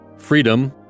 freedom